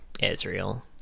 Israel